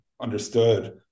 understood